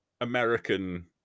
American